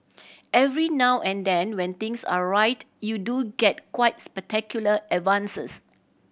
every now and then when things are right you do get quite spectacular advances